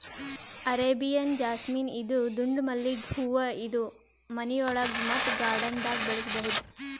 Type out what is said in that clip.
Arabian jasmine ಇದು ದುಂಡ್ ಮಲ್ಲಿಗ್ ಹೂವಾ ಇದು ಮನಿಯೊಳಗ ಮತ್ತ್ ಗಾರ್ಡನ್ದಾಗ್ ಬೆಳಸಬಹುದ್